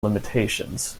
limitations